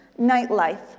nightlife